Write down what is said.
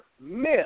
myth